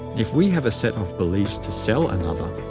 if we have a set of beliefs to sell another,